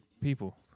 People